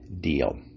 deal